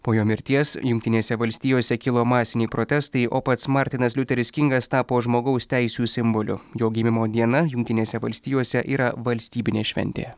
po jo mirties jungtinėse valstijose kilo masiniai protestai o pats martinas liuteris kingas tapo žmogaus teisių simboliu jo gimimo diena jungtinėse valstijose yra valstybinė šventė